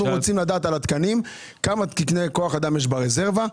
אנחנו רוצים לדעת כמה תקני כוח אדם שהם פנויים יש ברזרבה.